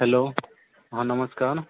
hello ହଁ ନମସ୍କାର